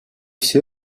все